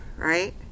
right